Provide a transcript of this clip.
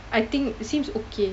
I think seems okay